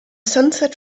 sunset